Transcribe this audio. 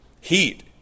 Heat